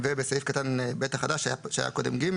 בסעיף קטן (ב) החדש, זה שקודם היה (ג),